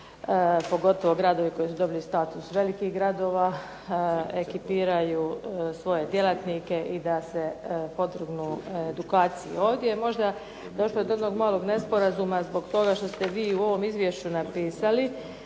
pogotovo gradovi koji su dobili status velikih gradova ekipiraju svoje djelatnike i da se podvrgnu edukaciji. Ovdje je možda došlo do jednog malog nesporazuma, zbog toga što ste vi u ovom izvješću napisali